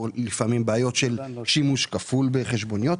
לפעמים בעיות של שימוש כפול בחשבוניות,